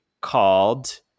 called